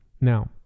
Now